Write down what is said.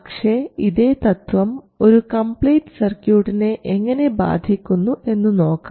പക്ഷേ ഇതേ തത്വം ഒരു കംപ്ലീറ്റ് സർക്യൂട്ടിനെ എങ്ങനെ ബാധിക്കുന്നു എന്നു നോക്കാം